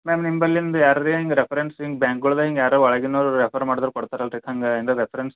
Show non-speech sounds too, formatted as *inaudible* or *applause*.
ma'am ನಿಂಬಲ್ಲಿಂದ ಯಾರು ರಿ ಹಂಗ್ ರೆಫರೆನ್ಸ್ ಹಿಂಗ್ ಬ್ಯಾಂಕ್ಗುಳ್ದಂಗೆ ಯಾರೋ ಒಳಗಿನವರು ರೆಫರ್ ಮಾಡಿದ್ರೆ ಕೊಡ್ತಾರಲ್ಲ ರೀ ಹಂಗೆ *unintelligible* ರೆಫರೆನ್ಸ್